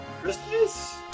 Christmas